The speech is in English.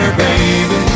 baby